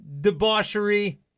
debauchery